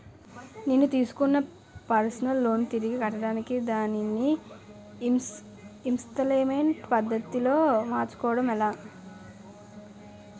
నేను తిస్కున్న personal loan తిరిగి కట్టడానికి దానిని ఇంస్తాల్మేంట్ పద్ధతి లో మార్చుకోవడం ఎలా?